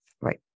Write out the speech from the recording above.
Right